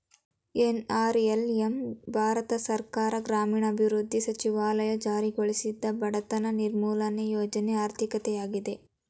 NRLM Bharat ಸರ್ಕಾರ ಗ್ರಾಮೀಣಾಭಿವೃದ್ಧಿ ಸಚಿವಾಲಯ ಜಾರಿಗೊಳಿಸಿದ ಬಡತನ ನಿರ್ಮೂಲ ಯೋಜ್ನ ಆರ್ಥಿಕತೆಯಾಗಿದೆ